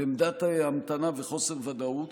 בעמדת המתנה וחוסר ודאות.